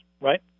right